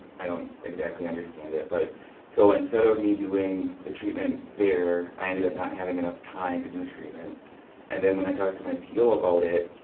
i don't exactly understand it, but so instead of me doing the treatment there, i ended up not having enough time to do treatment and then when i talked to my p o about it,